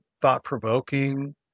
thought-provoking